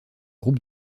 groupe